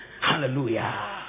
Hallelujah